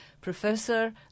Professor